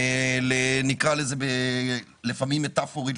נקרא לזה לפעמים מטאפורית,